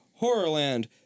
Horrorland